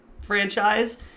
franchise